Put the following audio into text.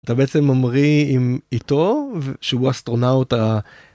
אתה בעצם ממריא עם איתו שהוא אסטרונאוט ה...